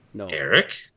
Eric